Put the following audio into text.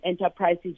enterprises